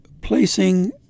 placing